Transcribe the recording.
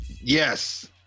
Yes